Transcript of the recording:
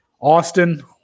Austin